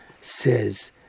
says